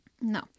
No